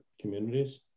communities